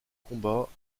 combats